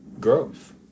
growth